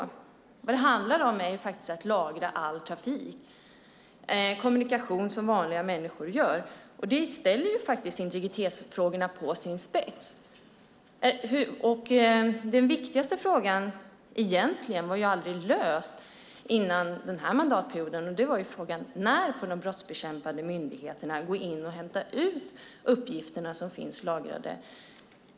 Det handlar om att lagra all trafik, kommunikation som vanliga människor har. Det ställer integritetsfrågorna på sin spets. Den viktigaste frågan var inte löst före den här mandatperioden. Det var frågan om när de brottsbekämpande myndigheterna får gå in och hämta ut de uppgifter som finns lagrade.